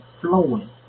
flowing